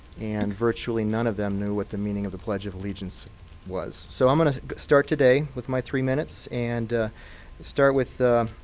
and virtually none of them knew what the meaning of the pledge of allegiance was. so i'm going to start today with my three minutes and start with the